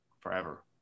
Forever